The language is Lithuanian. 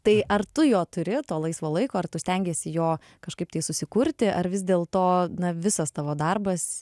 tai ar tu jo turi to laisvo laiko ar tu stengiesi jo kažkaip tai susikurti ar vis dėlto na visas tavo darbas